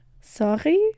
sorry